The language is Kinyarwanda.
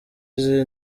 izi